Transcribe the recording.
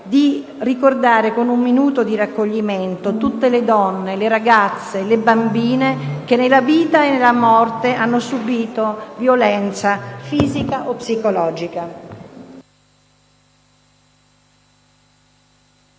parlamentare, con un minuto di raccoglimento tutte le donne, le ragazze e le bambine che nella vita e nella morte hanno subìto violenza fisica o psicologica.